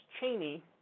Cheney